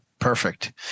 Perfect